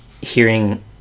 hearing